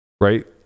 right